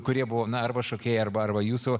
kurie buvome arba šokėjai arba arba jūsų